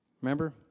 Remember